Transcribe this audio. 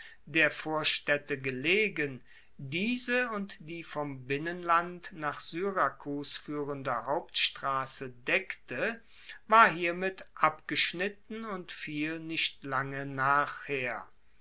der vorstaedte gelegen diese und die vom binnenland nach syrakus fuehrende hauptstrasse deckte war hiermit abgeschnitten und fiel nicht lange nachher